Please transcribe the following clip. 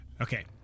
Okay